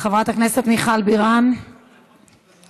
חברת הכנסת מיכל בירן, בבקשה.